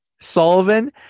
Sullivan